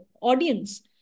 audience